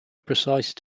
precise